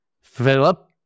Philip